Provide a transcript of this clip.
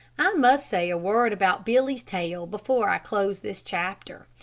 i must say a word about billy's tail before i close this chapter.